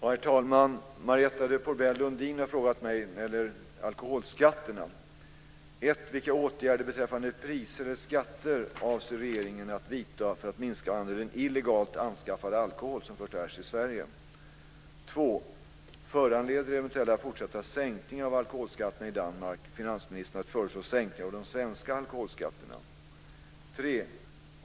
Herr talman! Marietta de Pourbaix-Lundin har frågat mig följande angående alkoholskatterna. 2. Föranleder eventuella fortsatta sänkningar av alkoholskatterna i Danmark finansministern att föreslå sänkningar av de svenska alkoholskatterna? 3.